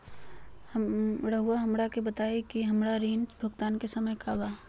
रहुआ हमरा के बताइं कि हमरा ऋण भुगतान के समय का बा?